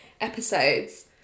episodes